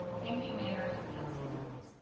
thank you, mayor, and council members.